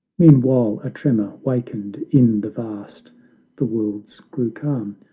meanwhile a tremor wakened in the vast the worlds grew calm,